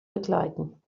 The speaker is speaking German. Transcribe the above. begleiten